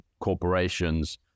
corporations